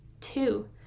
Two